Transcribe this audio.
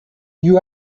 you